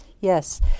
yes